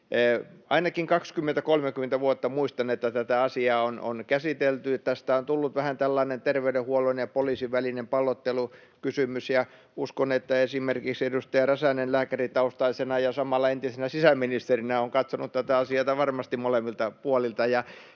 Ainakin 20—30 vuotta muistan, että tätä asiaa on käsitelty. Tästä on tullut vähän tällainen terveydenhuollon ja poliisin välinen pallottelukysymys, ja uskon, että esimerkiksi edustaja Räsänen lääkäritaustaisena ja samalla entisenä sisäministerinä on katsonut tätä asiaa varmasti molemmilta puolilta.